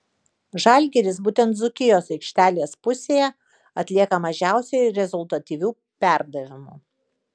žalgiris būtent dzūkijos aikštelės pusėje atlieka mažiausiai rezultatyvių perdavimų